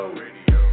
radio